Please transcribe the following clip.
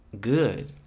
good